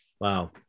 wow